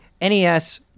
NES